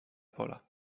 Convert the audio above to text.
pola